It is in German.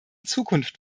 zukunft